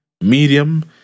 medium